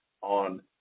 on